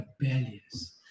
rebellious